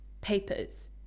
papers